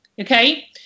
okay